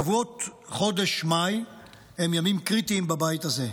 שבועות חודש מאי הם ימים קריטיים בבית הזה,